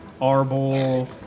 Arbol